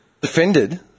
Defended